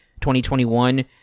2021